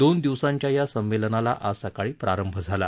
दोन दिवसांच्या या संमेलनाला आज सकाळी प्रारंभ झाला